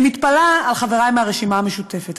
אני מתפלאה על חברי מהרשימה המשותפת,